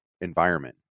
environment